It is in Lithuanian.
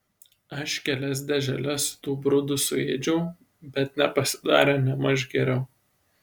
aš kelias dėželes tų brudų suėdžiau bet nepasidarė nėmaž geriau